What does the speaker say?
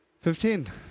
Fifteen